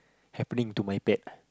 happening to my pet